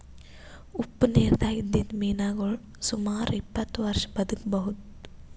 ಉಪ್ಪ್ ನಿರ್ದಾಗ್ ಇದ್ದಿದ್ದ್ ಮೀನಾಗೋಳ್ ಸುಮಾರ್ ಇಪ್ಪತ್ತ್ ವರ್ಷಾ ಬದ್ಕಬಹುದ್